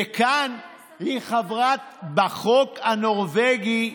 ובחוק הנורבגי,